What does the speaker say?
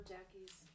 Jackie's